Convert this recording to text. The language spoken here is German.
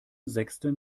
sechsten